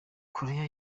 koreya